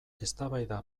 eztabaida